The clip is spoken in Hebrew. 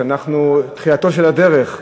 תחילתה של הדרך,